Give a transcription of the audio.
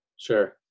Sure